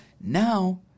now